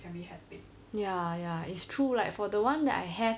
ya ya it's true like for the one that I have